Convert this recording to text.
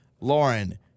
Lauren